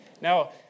Now